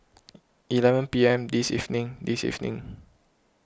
eleven P M this evening this evening